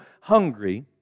hungry